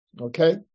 Okay